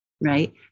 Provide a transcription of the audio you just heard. Right